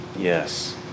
Yes